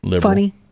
Funny